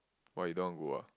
why you don't want go ah